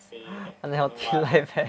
unhealthy life eh